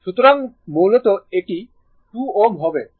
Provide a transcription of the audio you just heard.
সুতরাং মূলত এটি 2 Ω হবে